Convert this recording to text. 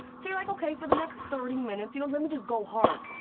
so you're like, okay for the next thirty minutes you know let me just go hard.